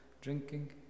drinking